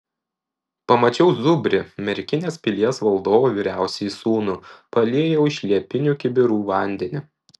pamačiau zubrį merkinės pilies valdovo vyriausiąjį sūnų paliejau iš liepinių kibirų vandenį